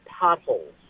potholes